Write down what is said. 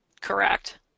Correct